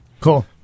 Cool